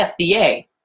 FDA